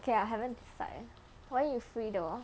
okay ah I haven't decide when you free though